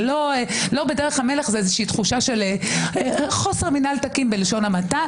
לא בדרך המלך זאת איזושהי תחושה של חוסר מינהל תקין בלשון המעטה.